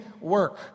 work